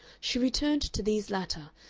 she returned to these latter,